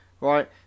right